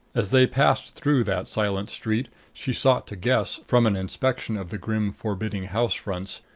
as they passed through that silent street she sought to guess, from an inspection of the grim forbidding house fronts,